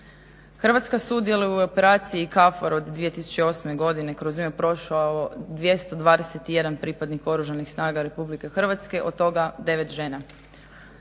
Hrvatska sudjeluje i u operaciji KFOR-a od 2008. godine kroz koju je prošao 221 pripadnik Oružanih snaga RH, od toga 9 žena.